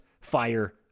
fire